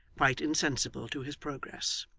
quite insensible to his progress.